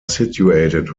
situated